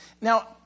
Now